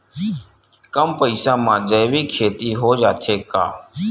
कम पईसा मा जैविक खेती हो जाथे का?